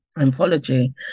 Anthology